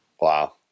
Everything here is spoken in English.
Wow